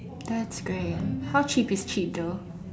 that's great how cheap is cheap though